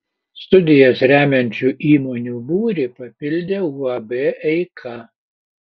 studijas remiančių įmonių būrį papildė uab eika